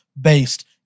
based